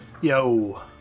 Yo